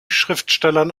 schriftstellern